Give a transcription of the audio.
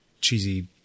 cheesy